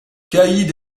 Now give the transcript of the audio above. caïd